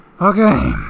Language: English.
Okay